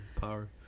power